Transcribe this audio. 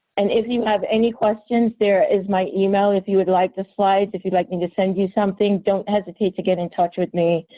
and if you have any questions, there is my email if you would like the slides. if you would like me to send you something, don't hesitate to get in touch with me.